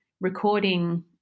recording